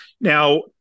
Now